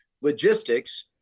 logistics